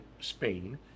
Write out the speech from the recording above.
Spain